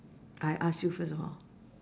I ask you first hor